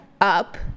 up